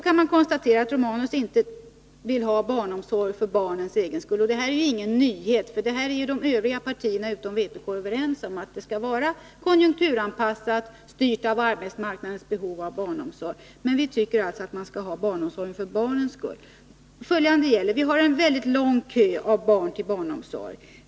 Jag konstaterar att Gabriel Romanus inte vill ha barnomsorg för barnens egen skull. Det här är ju ingen nyhet, för alla partier utom vpk är överens om att den skall vara konjunkturanpassad, styrd av arbetsmarknadens behov av barnomsorg. Men vi tycker alltså att man skall ha barnomsorg för barnens skull. Följande gäller: Vi har en väldigt lång kö av barn till barnomsorgen.